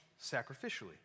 sacrificially